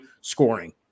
scoring